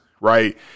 right